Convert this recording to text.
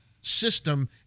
system